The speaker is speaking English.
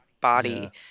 body